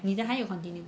你的还有 continue